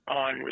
on